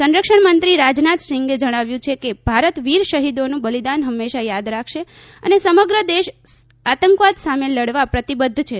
સંરક્ષણ મંત્રી રાજનાથ સિંહે જણાવ્યું છે કે ભારત વિર શહિદોનું બલિદાન હંમેશા થાદ રાખશે અને સમગ્ર દેશ આતંકવાદ સામે લડવા પ્રતિબદ્ધ છે